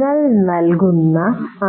നിങ്ങൾ നൽകുന്ന